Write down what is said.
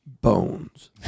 bones